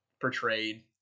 portrayed